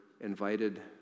invited